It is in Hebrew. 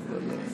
אני אדבר קצר.